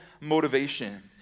motivation